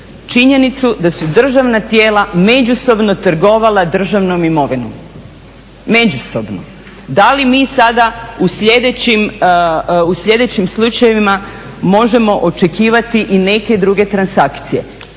činjenicu da su državna tijela međusobno trgovala državnom imovinom. Međusobno. Da li mi sada u sljedećim slučajevima možemo očekivati i neke druge transakcije,